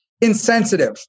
insensitive